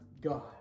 God